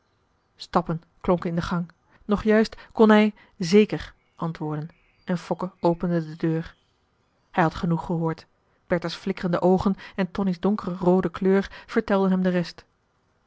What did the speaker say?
stappen klonken in den gang nog juist kon hij zeker antwoorden en fokke opende de deur hij had genoeg gehoord bertha's flikkerende oogen en tonie's donker roode kleur vertelden hem de rest